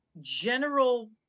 general